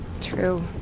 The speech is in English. True